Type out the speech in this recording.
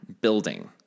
building